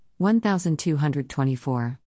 1224